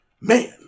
man